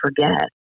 forget